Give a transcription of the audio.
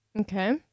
Okay